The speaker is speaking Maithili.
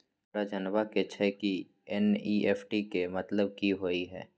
हमरा जनबा के छै की एन.ई.एफ.टी के मतलब की होए है?